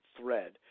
thread